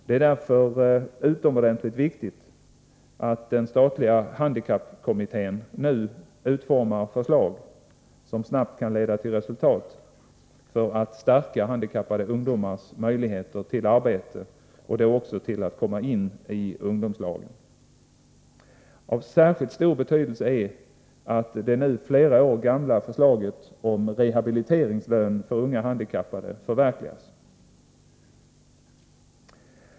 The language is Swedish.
Det är därför utomordentligt viktigt att den statliga handikappkommittén nu utformar förslag som snabbt kan leda till resultat och stärka handikappade ungdomars möjligheter att få arbete och komma in i ungdomslagen. Av särskilt stor betydelse är att det nu flera år gamla förslaget om rehabiliteringslön för unga handikappade förverkligas.